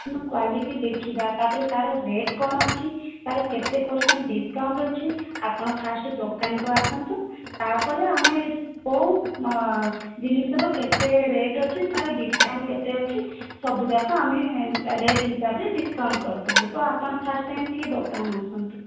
quality ଦେଖିବା ତା'ପରେ ତା'ର ରେଟ୍ କ'ଣ ଅଛି ତା'ର କେତେ ପର୍ସେଣ୍ଟ୍ ଡିସ୍କାଉଣ୍ଟ୍ ଅଛି ଆପଣ ଫାଷ୍ଟ୍ ଦୋକାନକୁ ଆସନ୍ତୁ ତା'ପରେ ଆମେ କେଉଁ ଜିନିଷର କେତେ ରେଟ୍ ଅଛି ତା'ର ଡିସ୍କାଉଣ୍ଟ୍ କେତେ ଅଛି ସବୁଯାକ ଆମେ ରେଟ୍ ହିସାବରେ ଡିସ୍କାଉଣ୍ଟ୍ କରିଦେବୁ ତ ଆପଣ ଫାଷ୍ଟ୍ ଟାଇମ୍ ଟିକିଏ ଦୋକାନ ଆସନ୍ତୁ